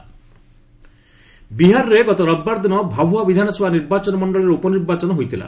Bihar re polling ବିହାରରେ ଗତ ରବିବାର ଦିନ ଭାଭୁଆ ବିଧାନସଭା ନିର୍ବାଚନ ମଣ୍ଡଳିର ଉପନିର୍ବାଚନ ହୋଇଥିଲା